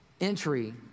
entry